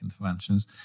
interventions